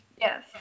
Yes